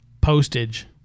postage